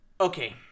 Okay